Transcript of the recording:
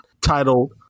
titled